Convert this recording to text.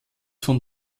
von